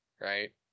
Right